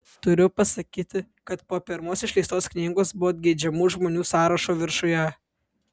turiu pasakyti kad po pirmos išleistos knygos buvot geidžiamų žmonių sąrašo viršuje